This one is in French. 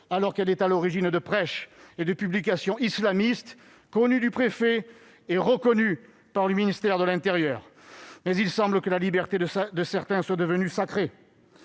organisation est à l'origine de prêches et de publications islamistes connus du préfet et reconnus par le ministère de l'intérieur. Il semble que la liberté de certains soit devenue sacrée